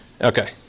okay